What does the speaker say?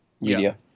media